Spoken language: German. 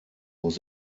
muss